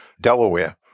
Delaware